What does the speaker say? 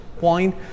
wine